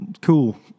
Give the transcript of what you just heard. Cool